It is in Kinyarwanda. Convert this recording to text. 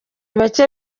bake